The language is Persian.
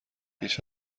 هیچ